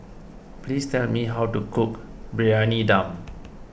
please tell me how to cook Briyani Dum